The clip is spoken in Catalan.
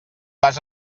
vas